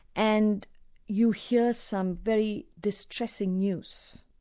and you hear some very distressing news.